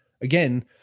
again